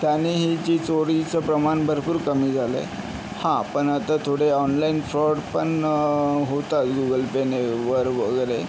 त्यानेही जी चोरीचं प्रमाण भरपूर कमी झालं आहे हां पण आता थोडे ऑनलाइन फ्रॉड पण होताय गुगल पेनेवर वगैरे